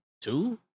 two